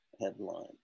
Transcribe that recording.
headline